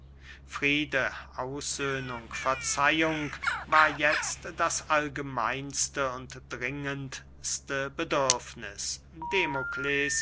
friede aussöhnung verzeihung war jetzt das allgemeinste und dringendste bedürfniß